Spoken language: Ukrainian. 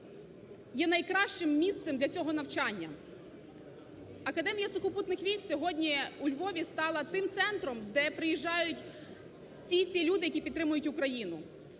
є найкращим місцем для цього навчання. Академія сухопутних військ сьогодні у Львові стала тим центром, де приїжджають всі ті люди, які підтримують Україну.